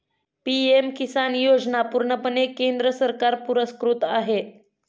PM किसान योजना पूर्णपणे केंद्र सरकार पुरस्कृत आहे